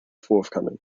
forthcoming